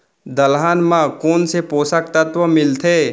दलहन म कोन से पोसक तत्व मिलथे?